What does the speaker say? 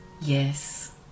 Yes